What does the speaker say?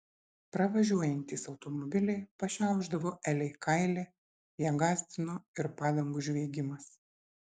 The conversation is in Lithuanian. pravažiuojantys automobiliai pašiaušdavo elei kailį ją gąsdino ir padangų žviegimas